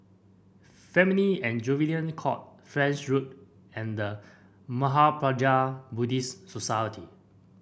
Family and Juvenile Court French Road and The Mahaprajna Buddhist Society